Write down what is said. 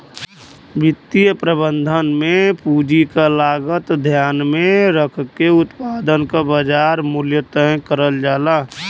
वित्तीय प्रबंधन में पूंजी क लागत ध्यान में रखके उत्पाद क बाजार मूल्य तय करल जाला